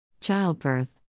Childbirth